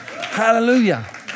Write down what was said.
Hallelujah